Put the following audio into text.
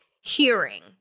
hearing